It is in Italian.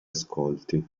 ascolti